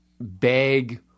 beg